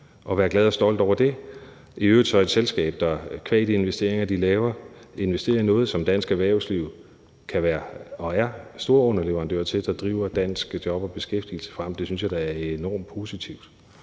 og være glade og stolte over det. Det er i øvrigt et selskab, der qua de investeringer, de laver, investerer i noget, som dansk erhvervsliv kan være og er store underleverandører til, og som driver danske job og dansk beskæftigelse frem. Det synes jeg da er enormt positivt.